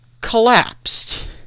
collapsed